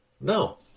No